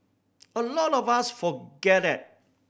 a lot of us forget that